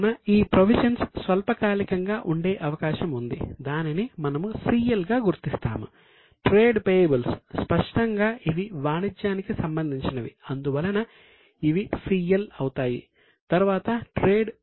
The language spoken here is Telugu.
కావున ఈ ప్రొవిజన్స్ ఇవి NCL